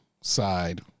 side